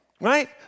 right